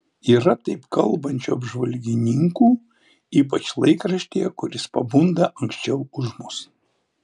yra taip kalbančių apžvalgininkų ypač laikraštyje kuris pabunda anksčiau už mus